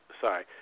Sorry